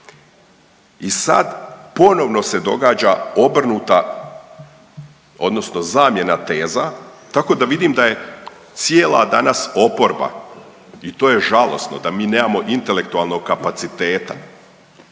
I sad ponovno se događa obrnuta odnosno zamjena teza tako da vidim da je cijela danas oporba i to je žalosno da mi nemamo intelektualnog kapaciteta